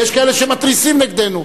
יש כאלה שמתריסים נגדנו,